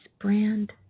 brand